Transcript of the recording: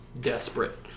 desperate